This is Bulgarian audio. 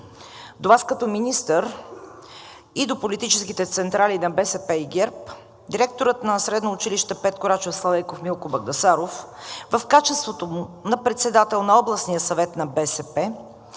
до Вас като министър и до политическите централи на БСП и ГЕРБ директорът на Средно училище „Петко Рачов Славейков“ Милко Багдасаров в качеството му на председател на Областния съвет на БСП